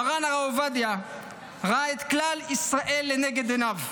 מרן הרב עובדיה יוסף ראה את כלל ישראל לנגד עיניו.